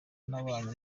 nabanye